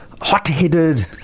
hot-headed